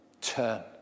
turn